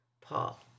Paul